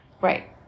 Right